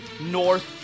North